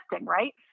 right